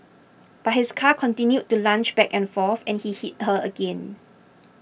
but his car continued to lunge back and forth and he hit her again